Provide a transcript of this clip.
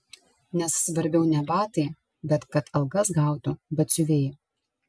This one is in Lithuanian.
nes svarbiau ne batai bet kad algas gautų batsiuviai